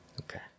Okay